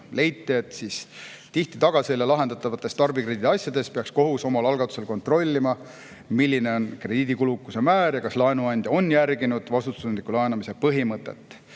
Leiti, et tihti tagaselja lahendatavates tarbijakrediidiasjades peaks kohus omal algatusel kontrollima, milline on krediidikulukuse määr ja kas laenuandja on järginud vastutustundliku laenamise põhimõtet.